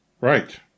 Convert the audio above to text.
Right